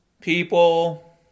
people